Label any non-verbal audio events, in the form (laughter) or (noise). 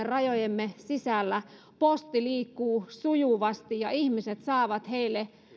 (unintelligible) rajojemme sisällä posti liikkuu sujuvasti ja ihmiset saavat heille